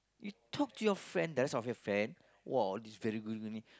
you talk to your friend the rest of your friend !wah! all these very good gini gini